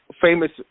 famous